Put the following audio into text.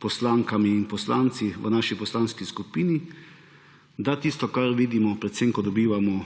poslankami in poslanci v naši poslanski skupini, da tisto, kar vidimo, predvsem ko dobivamo